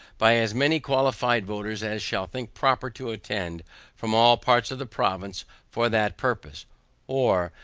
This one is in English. by as many qualified voters as shall think proper to attend from all parts of the province for that purpose or,